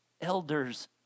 elders